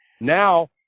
Now